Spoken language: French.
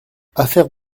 affaire